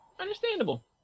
Understandable